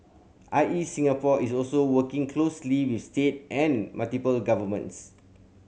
I E Singapore is also working closely with state and municipal governments